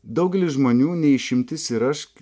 daugelis žmonių ne išimtis ir aš